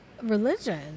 Religion